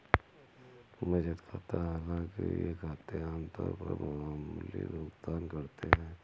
बचत खाता हालांकि ये खाते आम तौर पर मामूली भुगतान करते है